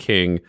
King